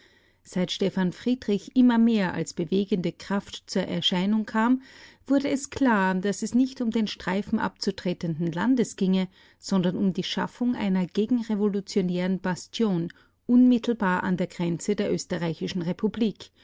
seit stephan friedrich immer mehr als bewegende kraft zur erscheinung kam wurde es klar daß es nicht um den streifen abzutretenden landes ginge sondern um die schaffung einer gegenrevolutionären bastion unmittelbar an der grenze der österreichischen republik